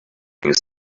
his